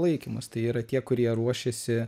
laikymas tai yra tie kurie ruošėsi